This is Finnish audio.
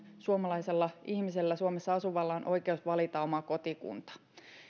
suomalaisella ihmisellä suomessa asuvalla on oikeus valita oma kotikuntansa